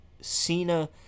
Cena